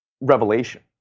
revelation